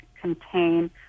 contain